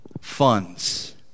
funds